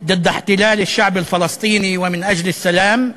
נגד הכיבוש של העם הפלסטיני, למען שלום,